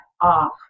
off